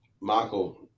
Michael